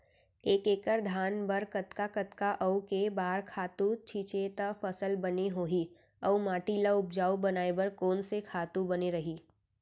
एक एक्कड़ धान बर कतका कतका अऊ के बार खातू छिंचे त फसल बने होही अऊ माटी ल उपजाऊ बनाए बर कोन से खातू बने रही?